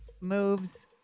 moves